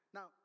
Now